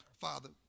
Father